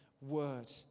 word